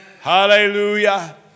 Hallelujah